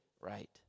right